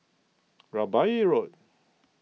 Rambai Road